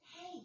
Hey